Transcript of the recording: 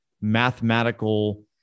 mathematical